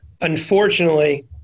unfortunately